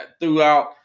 throughout